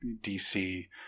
DC